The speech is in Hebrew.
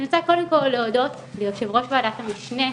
אני רוצה קודם כל להודות ליו"ר ועדת המשנה,